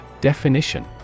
Definition